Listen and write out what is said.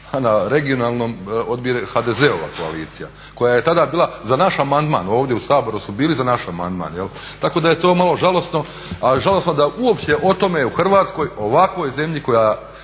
na regionalnom odbija HDZ-ova koalicija koja je tada bila za naš amandman, ovdje u Saboru su bili za naš amandman. Tako da je to malo žalost, a žalosno da uopće o tome u Hrvatskoj ovakvoj zemlji koju